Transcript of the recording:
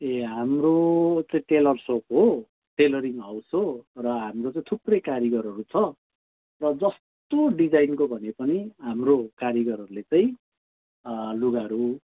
ए हाम्रो चाहिँ tailor shop हो टेलरिङ हाउस हो र हाम्रो चाहिँ थुप्रै कारिगरहरू छ र जस्तो डिजाइनको भने पनि हाम्रो कारिगरहरूले चाहिँ लुगाहरू